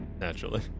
Naturally